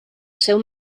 seu